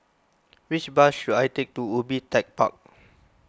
which bus should I take to Ubi Tech Park